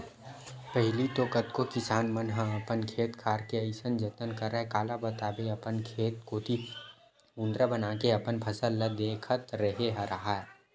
पहिली तो कतको किसान मन ह अपन खेत खार के अइसन जतन करय काला बताबे अपन खेत कोती कुदंरा बनाके अपन फसल ल देखत रेहे राहय